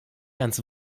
ganz